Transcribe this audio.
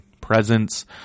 presence